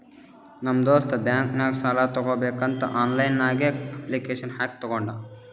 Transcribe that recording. ನಮ್ ದೋಸ್ತ್ ಬ್ಯಾಂಕ್ ನಾಗ್ ಸಾಲ ತಗೋಬೇಕಂತ್ ಆನ್ಲೈನ್ ನಾಗೆ ಅಪ್ಲಿಕೇಶನ್ ಹಾಕಿ ತಗೊಂಡ್